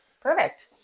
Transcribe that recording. Perfect